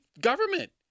government